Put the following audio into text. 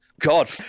god